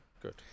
Good